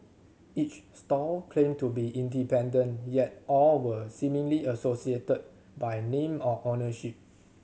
each stall claimed to be independent yet all were seemingly associated by name or ownership